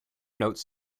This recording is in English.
notes